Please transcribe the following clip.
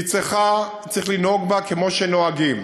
וצריך לנהוג בה כמו שנוהגים.